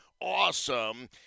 awesome